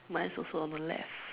mine's also on the left